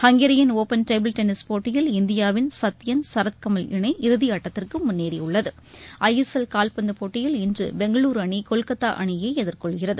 Hungarian open table tennis போட்டியில் இந்தியாவின் சத்தியன் சரத் கமல் இணை இறுதி ஆட்டத்திற்கு முன்னேறியுள்ளது ஐ எஸ் எல் கால்பந்து போட்டியில் இன்று பெங்களுரு அணி கொல்கத்தா அணியை எதிர்னெள்கிறது